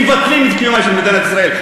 מבטלים את קיומה של מדינת ישראל.